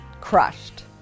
crushed